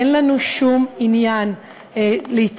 אין לנו שום עניין להתעמת,